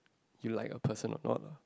you like a person or not lah